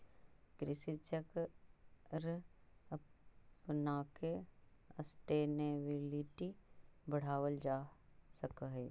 कृषि चक्र अपनाके सस्टेनेबिलिटी बढ़ावल जा सकऽ हइ